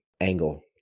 angle